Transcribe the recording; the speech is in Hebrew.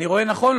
אני רואה נכון?